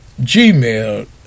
gmail